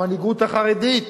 המנהיגות החרדית,